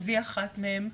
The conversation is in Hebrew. אז היא אחת מהן,